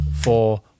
four